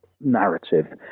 narrative